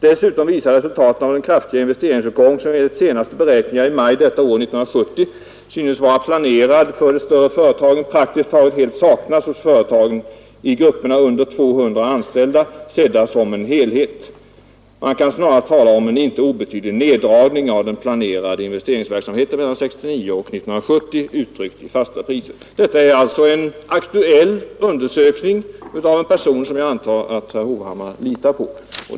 Dessutom visar resultaten på att den kraftiga investeringsuppgång som enligt senaste beräkningar i maj detta år synes vara planerad för de större företagen praktiskt taget helt saknas hos företag i grupperna under 200 anställda sedda som en helhet. Man kan snarast tala om en inte obetydlig neddragning av den planerade investeringsverksamheten mellan 1969 och 1970 uttryckt i fasta priser.” Detta är alltså en aktuell undersökning, gjord av en person som jag antar att herr Hovhammar litar på.